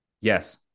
Yes